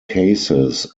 cases